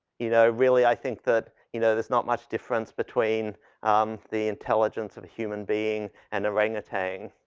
you know really i think that you know there's not much difference between the intelligence of human being and orangutan.